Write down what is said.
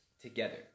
together